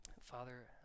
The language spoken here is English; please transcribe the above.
Father